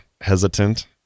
hesitant